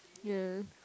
ya